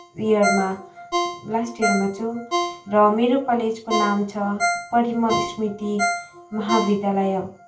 इयरमा लास्ट इयरमा छु र मेरो कलेजको नाम छ परिमल स्मृति महाविद्यालय